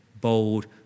bold